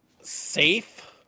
safe